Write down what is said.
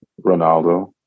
Ronaldo